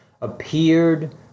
appeared